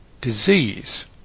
disease